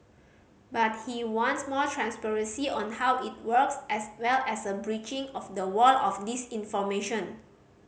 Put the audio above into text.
but he wants more transparency on how it works as well as a breaching of the wall of disinformation